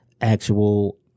Actual